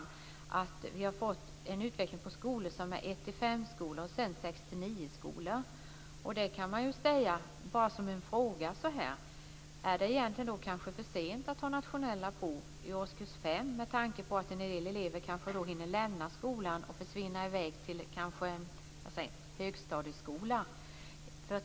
Det är att vi har fått en utveckling med 1-5-skolor och 6-9-skolor. Då kan man ju fråga om det egentligen kanske är försent att ha nationella prov i årskurs 5, med tanke på att en del elever hinner lämna skolan och försvinna i väg till en högstadieskola.